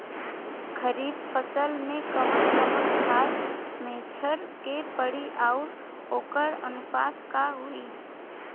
खरीफ फसल में कवन कवन खाद्य मेझर के पड़ी अउर वोकर अनुपात का होई?